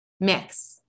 mix